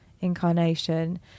incarnation